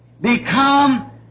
become